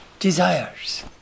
Desires